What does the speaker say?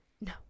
No